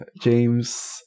james